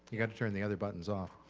you gotta turn the other buttons off,